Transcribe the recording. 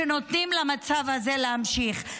שנותנים למצב הזה להמשיך.